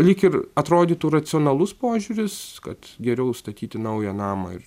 lyg ir atrodytų racionalus požiūris kad geriau statyti naują namą ir